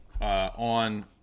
on